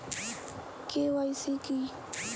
KYC কি?